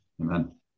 Amen